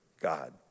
God